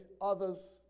others